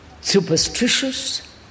superstitious